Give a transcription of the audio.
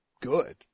good